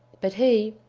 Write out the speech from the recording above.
but he,